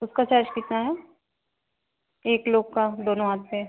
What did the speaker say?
उसका चार्ज कितना है एक लोग का दोनोँ हाथ पर